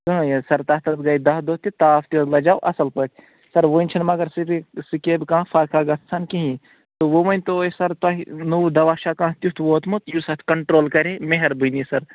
کٕہۭنۍ حظ سر تَتھ حظ گٔے دَہ دۄہ تہِ تاپھ تہِ حظ لجیو اَصٕل پٲٹھۍ سر وٕنۍ چھِنہٕ مگر سکیبہِ کانٛہہ فرقہ گژھان کِہی تہٕ وۄنۍ ؤنۍتو اَسہِ سر تۄہہِ نوٚو دوا چھےٚ کانٛہہ تیُتھ ووتمُت یُس اَتھ کَنٹرٛول کرے مہربٲنی سر